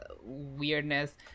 weirdness